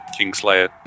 Kingslayer